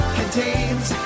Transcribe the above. contains